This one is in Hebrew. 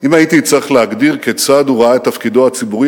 אם הייתי צריך להגדיר כיצד הוא ראה את תפקידו הציבורי,